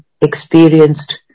experienced